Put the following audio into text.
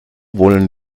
wollen